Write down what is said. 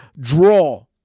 draw